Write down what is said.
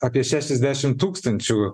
apie šešiasdešimt tūkstančių